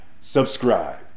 subscribe